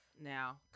Now